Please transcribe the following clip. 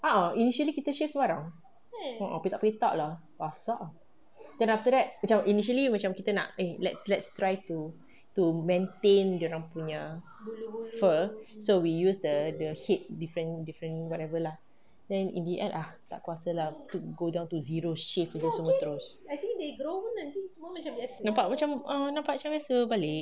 ah initially kita shave sembarang a'ah petak-petak lah gasak ah then after that macam initially macam kita nak eh let's let's try to to maintain dorang punya fur so we use the the the head defe~ defe~ whatever lah then in the end ah tak kuasa lah go down to zero shave aje semua terus nampak macam ah nampak macam biasa balik